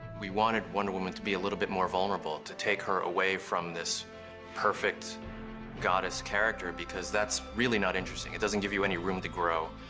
we wanted wonder woman to be a little bit more vulnerable, to take her away from this perfect goddess character because that's really not interesting. it doesn't give you any room to grow,